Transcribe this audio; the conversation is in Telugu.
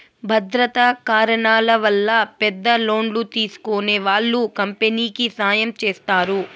భద్రతా కారణాల వల్ల పెద్ద లోన్లు తీసుకునే వాళ్ళు కంపెనీకి సాయం చేస్తారు